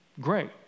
great